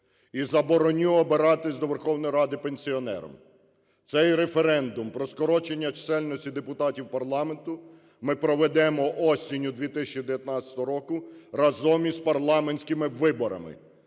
і забороню обиратися до Верховної Ради пенсіонерам. Цей референдум про скорочення чисельності депутатів парламенту ми проведемо осінню 2019 року разом із парламентськими виборами.